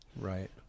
Right